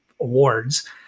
awards